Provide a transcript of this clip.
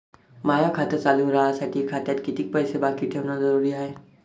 माय खातं चालू राहासाठी खात्यात कितीक पैसे बाकी ठेवणं जरुरीच हाय?